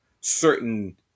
certain